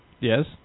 yes